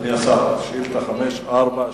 שאילתא 548,